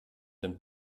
dem